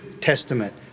Testament